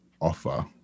offer